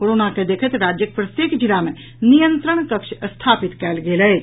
corona के देखैत राज्यक प्रत्येक जिला मे नियंत्रण कक्ष स्थापित कयल गेल अछि